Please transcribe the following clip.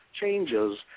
changes